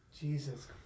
Jesus